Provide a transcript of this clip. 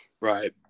Right